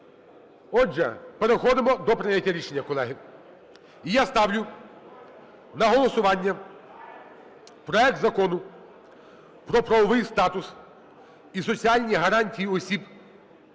Отже, переходимо до прийняття рішення, колеги. Я ставлю на голосування проект Закону про правовий статус і соціальні гарантії осіб,